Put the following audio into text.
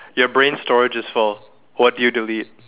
your brain storage is full what do you delete